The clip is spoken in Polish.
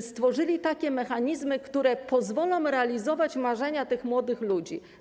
stworzyli takie mechanizmy, które pozwolą realizować marzenia tych młodych ludzi.